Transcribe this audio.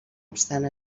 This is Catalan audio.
obstant